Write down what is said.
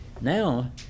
now